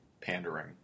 pandering